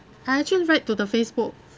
I actually write to the facebook